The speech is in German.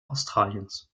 australiens